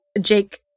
Jake